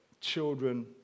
children